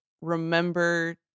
remember